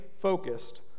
focused